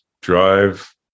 drive